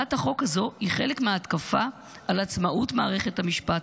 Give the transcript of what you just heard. הצעת החוק הזו היא חלק מההתקפה על עצמאות מערכת המשפט,